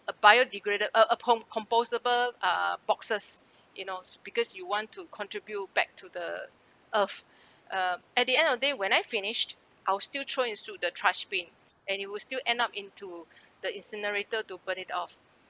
a biodegraded uh a pon~ compostable uh boxes you know s~ because you want to contribute back to the earth uh at the end of day when I finished I'll still throw into the trash bin and it will still end up into the incinerator to burn it off